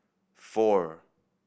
four